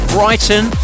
Brighton